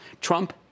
Trump